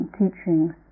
teachings